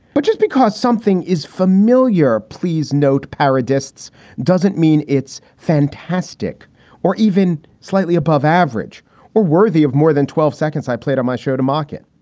but just because something is familiar. please note paradice doesn't mean it's fantastic or even slightly above average or worthy of more than twelve seconds. i played on my show to market.